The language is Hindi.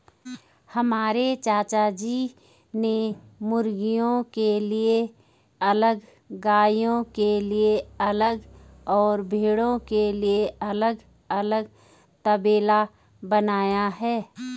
हमारे चाचाजी ने मुर्गियों के लिए अलग गायों के लिए अलग और भेड़ों के लिए अलग तबेला बनाया है